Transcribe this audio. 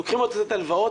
לוקחים הלוואות,